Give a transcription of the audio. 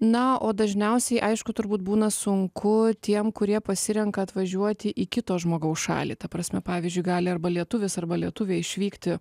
na o dažniausiai aišku turbūt būna sunku tiem kurie pasirenka atvažiuoti į kito žmogaus šalį ta prasme pavyzdžiui gali arba lietuvis arba lietuvė išvykti